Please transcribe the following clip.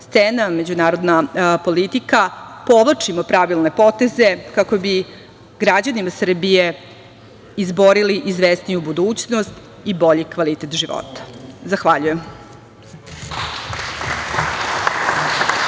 međunarodna politika, povlačimo pravilne poteze kako bi građanima Srbije izborili izvesniju budućnost i bolji kvalitet života. Zahvaljujem.